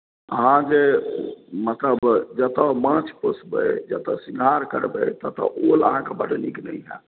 अहाँ जे मतलब जतय माँछ पोसबै जतय सिंघाड़ करबै ततय ओल अहाँकेँ बड्ड नीक नहि हैत